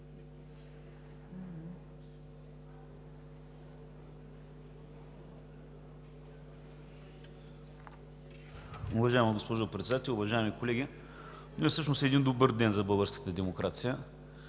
Уважаема госпожо Председател, уважаеми колеги! Днес всъщност е един добър ден за българската демокрация,